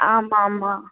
ஆமாம் ஆமாம்